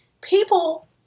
people